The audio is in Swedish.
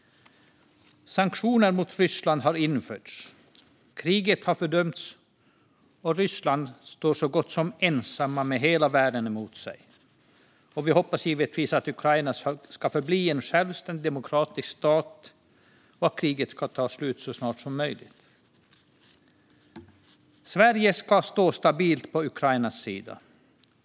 Sanktioner mot Ryssland har införts, kriget har fördömts och Ryssland står så gott som ensamma med hela världen emot sig. Vi hoppas givetvis att Ukraina ska förbli en självständig demokratisk stat och att kriget ska ta slut så snart som möjligt. Sverige ska stå stabilt på Ukrainas sida.